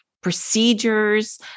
procedures